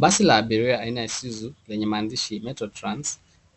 Basi la abiria aina ya isuzu lenye mandishi Metro Trans